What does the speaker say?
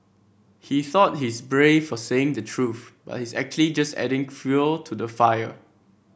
he thought he's brave for saying the truth but he's actually just adding fuel to the fire